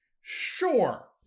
Sure